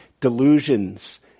delusions